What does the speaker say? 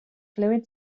fluid